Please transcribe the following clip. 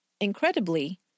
Incredibly